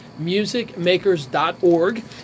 Musicmakers.org